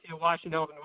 Washington